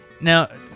Now